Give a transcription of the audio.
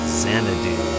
xanadu